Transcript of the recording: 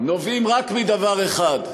נובעים רק מדבר אחד: